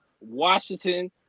Washington